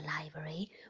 library